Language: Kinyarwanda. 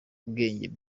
by’ubwenge